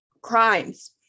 crimes